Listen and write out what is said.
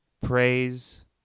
Praise